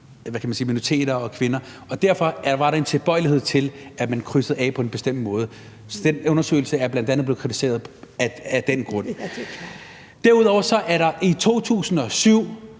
der derfor var en tilbøjelighed til, at man krydsede af på en bestemt måde. Så den undersøgelse er bl.a. blevet kritiseret af den grund. Derudover er der i 2007